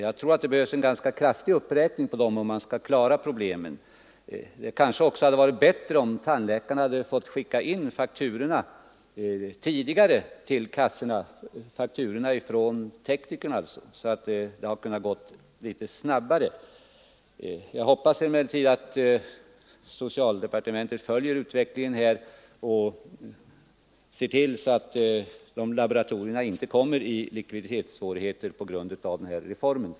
Jag tror att det behövs en ganska kraftig uppräkning av dessa betalningar om man skall klara problemen. Det hade kanske också varit bättre om tandläkarna hade fått skicka in tandteknikernas fakturor litet tidigare, så att utbetalningen kunde komma snabbare. Jag hoppas emellertid att socialdepartementet följer utvecklingen på området och ser till att de tandtekniska laboratorierna inte kommer i likviditetssvårigheter på grund av reformen.